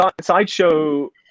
Sideshow